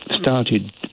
started